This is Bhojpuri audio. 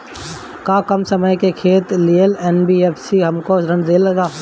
का कम समय के लिए एन.बी.एफ.सी हमको ऋण देगा?